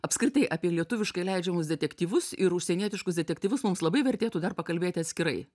apskritai apie lietuviškai leidžiamus detektyvus ir užsienietiškus detektyvus mums labai vertėtų dar pakalbėti atskirai